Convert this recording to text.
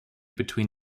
between